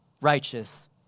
righteous